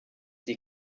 die